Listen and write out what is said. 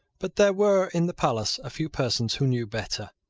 but there were in the palace a few persons who knew better.